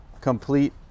complete